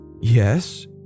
Yes